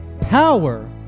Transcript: power